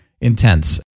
intense